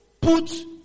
put